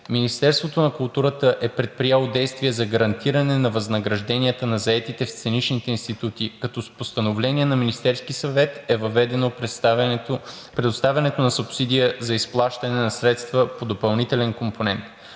Министерството на културата е предприело действия за гарантиране на възнагражденията на заетите в сценичните институти, като с Постановление на Министерския съвет е въведено предоставянето на субсидия за изплащане на средства по допълнителен компонент.